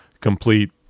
complete